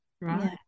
right